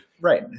Right